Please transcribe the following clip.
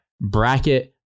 bracket